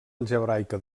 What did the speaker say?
algebraica